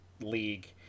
League